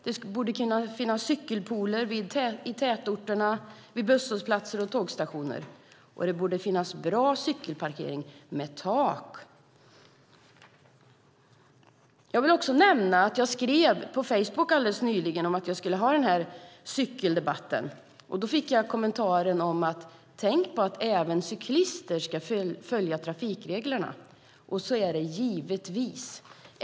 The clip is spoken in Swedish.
Det borde kunna finnas cykelpooler i tätorterna vid busshållsplatser och tågstationer, och det borde finnas bra cykelparkering med tak. Jag vill också nämna att jag skrev på Facebook alldeles nyligen att jag skulle ha den här cykeldebatten. Då fick jag kommentaren: Tänk på att även cyklister ska följa trafikreglerna! Och så är det givetvis.